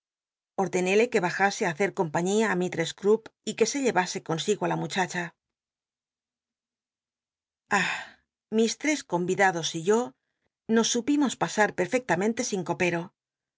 ordenélc que bajase ú hacer compañía á mistress ip y que se llerase consigo la lllu chacha y mis tres con idados y yo nos supimos pa ar perfectamente in copero